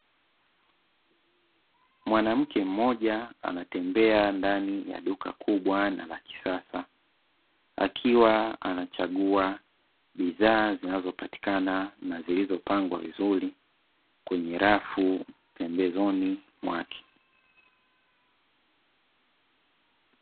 Mwanamke mmoja anatembea ndani ya duka kubwa na la kisasa, akiwa anachagua bidhaa zinazopatikana na zilizopangwa vizuri kwenye rafu pembezoni mwake.